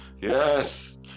Yes